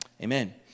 Amen